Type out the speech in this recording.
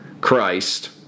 Christ